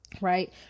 right